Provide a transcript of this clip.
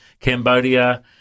Cambodia